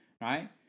right